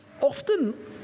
Often